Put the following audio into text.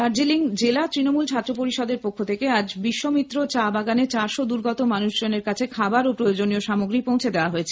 দার্জিলিং জেলা তৃণমূল ছাত্র পরিষদের পক্ষ থেকে আজ বিশ্ব মিত্র চা বাগানে চারশো দুর্গত মানুষজনের কাছে খাবার ও প্রয়োজনীয় সামগ্রী পৌঁছে দেওয়া হয়েছে